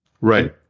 Right